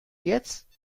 jetzt